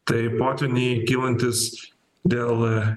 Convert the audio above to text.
tai potvyniai kylantys dėl